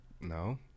No